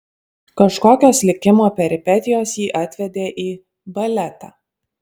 kažkokios likimo peripetijos jį atvedė į baletą